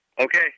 Okay